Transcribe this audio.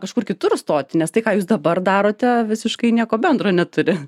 kažkur kitur stoti nes tai ką jūs dabar darote visiškai nieko bendro neturi